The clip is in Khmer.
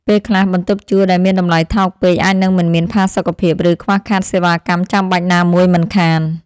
ពេលខ្លះ បន្ទប់ជួលដែលមានតម្លៃថោកពេកអាចនឹងមិនមានផាសុកភាព ឬខ្វះខាតសេវាកម្មចាំបាច់ណាមួយមិនខាន។